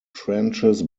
trenches